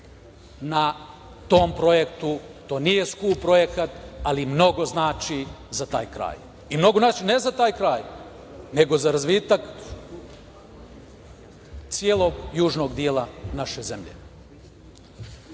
na tom projektu. To nije skup projekat, ali mnogo znači za taj kraj. Ne za taj kraj, nego za razvitak celog južnog dela naše zemlje. Raduje